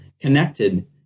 connected